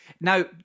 now